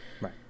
Right